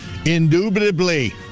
Indubitably